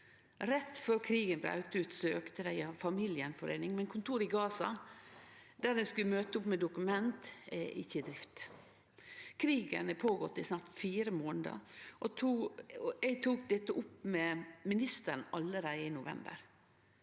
Rett før krigen braut ut, søkte dei om familiegjenforeining, men kontoret i Gaza der ein skal møte opp med dokument, er ikkje i drift. Krigen har vart i snart fire månadar, og eg tok dette opp med statsråden allereie i november.